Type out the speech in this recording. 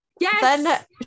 Yes